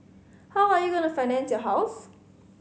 how are you going to finance your house